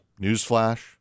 newsflash